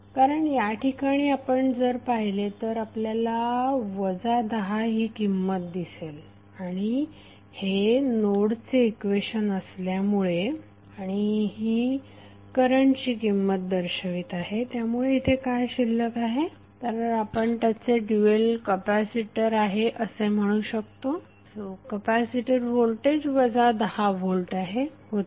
कारण याठिकाणी आपण जर पाहिले तर आपल्याला वजा 10 ही किंमत दिसेल आणि हे नोडचे इक्वेशन असल्यामुळे आणि ही करंट ची किंमत दर्शवित आहे त्यामुळे इथे काय शिल्लक आहे तर आपण त्याचे ड्युएल कपॅसिटर आहे असे म्हणू शकतो कपॅसिटर व्होल्टेज वजा 10 व्होल्ट होते